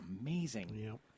amazing